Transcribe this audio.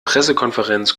pressekonferenz